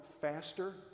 faster